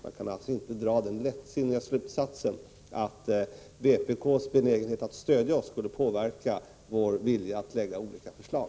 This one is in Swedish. Man kan alltså inte dra den lättsinniga slutsatsen att vpk:s benägenhet att stödja oss skulle påverka vår vilja att lägga fram olika förslag.